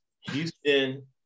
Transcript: Houston